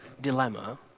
dilemma